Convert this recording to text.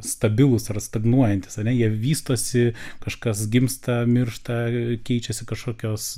stabilūs yra stagnuojanti ar ne jie vystosi kažkas gimsta miršta keičiasi kažkokios